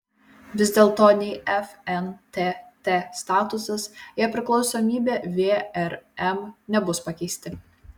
vis dėlto nei fntt statusas jei priklausomybė vrm nebus pakeisti